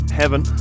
heaven